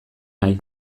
nahi